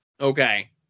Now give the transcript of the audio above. Okay